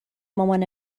مامان